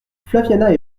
flaviana